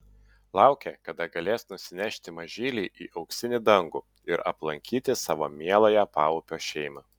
laukė kada galės nusinešti mažylį į auksinį dangų ir aplankyti savo mieląją paupio šeimą